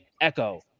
Echo